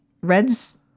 reds